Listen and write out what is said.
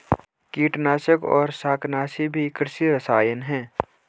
कीटनाशक और शाकनाशी भी कृषि रसायन हैं